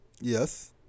Yes